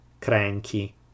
cranky